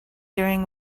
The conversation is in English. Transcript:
during